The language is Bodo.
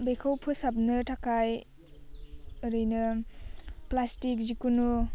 बेखौ फोसाबनो थाखाय ओरैनो प्लास्टिक जेखुनु